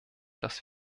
dass